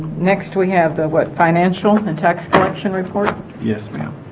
next we have to what financial and tax collection report yes ma'am